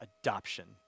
adoption